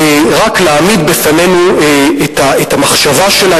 רק להעמיד בפנינו את המחשבה שלה,